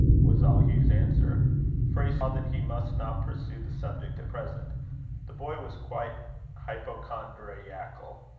was all hugh's answer for he saw that he must not pursue the subject at present the boy was quite hypochondriacal.